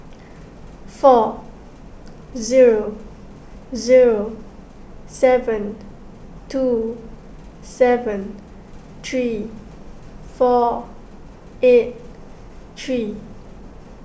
four zero zero seven two seven three four eight three